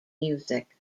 music